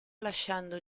lasciando